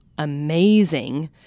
amazing